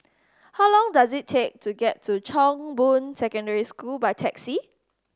how long does it take to get to Chong Boon Secondary School by taxi